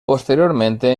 posteriormente